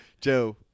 joe